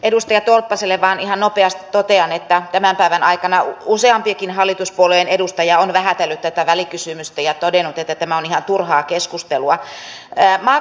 edustaja tolppaselle vain ihan nopeasti totean että tämän päivän aikana useampikin hallituspuolueen edustaja on vähätellyt tätä välikysymystä ja todennut että tämä on ihan turhaa keskustelua